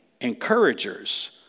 encouragers